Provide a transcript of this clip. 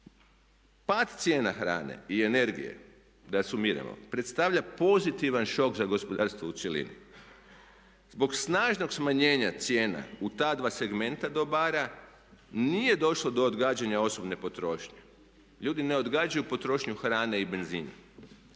Pad cijena hrane i energije da sumiramo predstavlja pozitivan šok za gospodarstvo u cjelini zbog snažnog smanjenja cijena u ta dva segmenta dobara nije došlo do odgađanja osobne potrošnje. Ljudi ne odgađaju potrošnju hrane i benzina